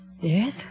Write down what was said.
Yes